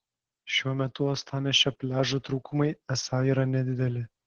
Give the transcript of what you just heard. šiuo metu uostamiesčio pliažų trūkumai esą yra nedideli